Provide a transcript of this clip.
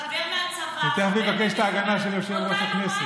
חבר מהצבא, חבר מביא חבר, אותנו מינו בפריימריז.